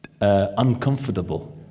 uncomfortable